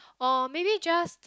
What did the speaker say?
or maybe just